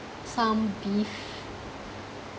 some beef